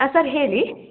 ಹಾಂ ಸರ್ ಹೇಳಿ